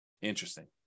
Interesting